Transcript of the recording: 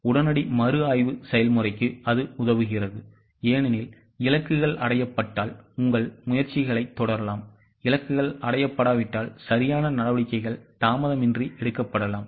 உடனடி மறுஆய்வு செயல்முறைக்கு அது உதவுகிறது ஏனெனில் இலக்குகள் அடையப்பட்டால் உங்கள் முயற்சிகளைத் தொடரலாம் இலக்குகள் அடையப்படாவிட்டால் சரியான நடவடிக்கைகள் தாமதமின்றி எடுக்கப்படலாம்